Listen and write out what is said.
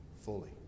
fully